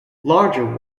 larger